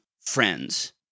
friends